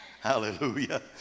Hallelujah